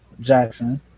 Jackson